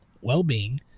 well-being